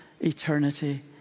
eternity